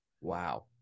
Wow